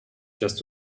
just